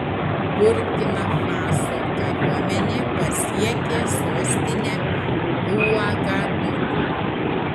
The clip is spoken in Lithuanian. burkina faso kariuomenė pasiekė sostinę uagadugu